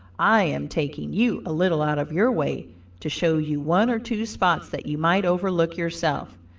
i am taking you a little out of your way to show you one or two spots that you might overlook yourself.